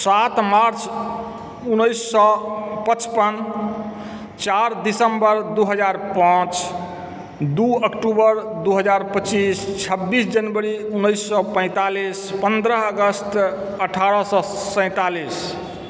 सात मार्च उन्नैस सए पचपन चार दिसम्बर दू हजार पाँच दू अक्टूबर दू हजार पच्चीस छब्बीस जनवरी उन्नैस सए पैंतालिस पन्द्रह अगस्त अठारह सए सैंतालिस